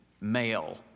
male